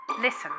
listen